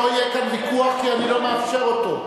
לא יהיה כאן ויכוח, כי אני לא מאפשר אותו.